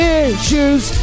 issues